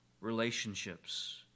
relationships